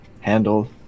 handle